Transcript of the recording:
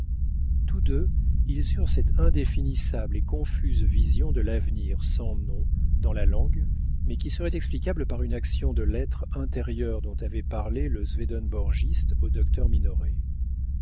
tous deux ils eurent cette indéfinissable et confuse vision de l'avenir sans nom dans la langue mais qui serait explicable par une action de l'être intérieur dont avait parlé le swedenborgiste au docteur minoret